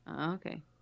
Okay